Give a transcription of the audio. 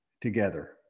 together